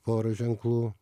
porą ženklų